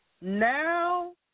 Now